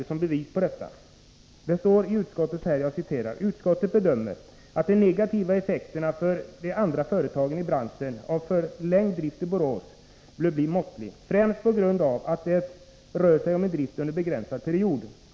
Som bevis på detta kan jag citera några rader ur betänkandet: ”Utskottet bedömer att de negativa effekterna för de andra företagen i branschen av förlängd drift i Borås bör bli måttliga, främst på grund av att det rör sig om drift under en begränsad period.